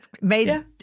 made